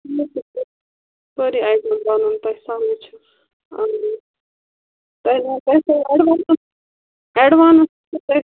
تۄہہِ سمٕجھ چھُ ایڈوانٕس چھُ